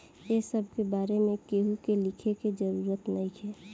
ए सब के बारे में केहू के लिखे के जरूरत नइखे